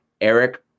Eric